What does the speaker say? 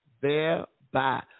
thereby